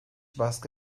baskı